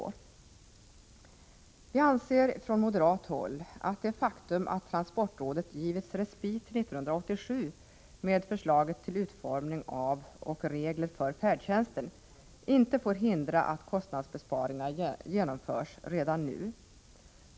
Vi anser från moderat håll att det faktum att transportrådet givits respit till 1987 med förslaget till utformning av och regler för färdtjänsten inte får hindra att kostnadsbesparingar genomförs redan nu.